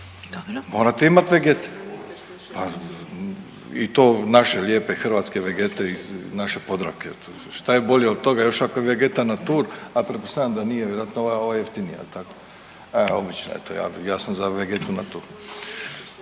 Morate imati Vegete i to naše lijepe hrvatske Vegete iz naše Podravke. Šta je bolje od toga? Još ako je Vegeta natur, a pretpostavljam da nije. Vjerojatno je ova jeftinija jel' tako? E obična je, ja sam za Vegetu natur.